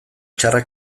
txarra